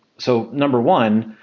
so number one,